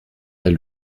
elle